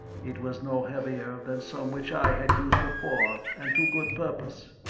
it was no heavier than some which i had used before, and to good purpose.